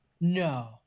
no